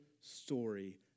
story